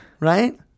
Right